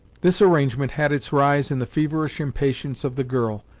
this arrangement had its rise in the feverish impatience of the girl,